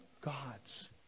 God's